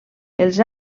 els